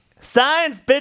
Science